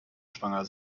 schwanger